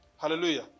Hallelujah